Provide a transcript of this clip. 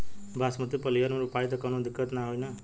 बासमती पलिहर में रोपाई त कवनो दिक्कत ना होई न?